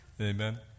Amen